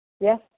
Yes